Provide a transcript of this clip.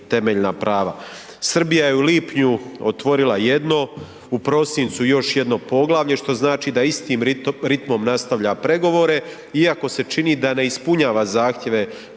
temeljna prava“. Srbija je u lipnju otvorila jedno, u prosincu još jedno poglavlje što znači da istim ritmom nastavlja pregovore iako se čini da ne ispunjava zahtjeve